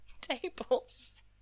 tables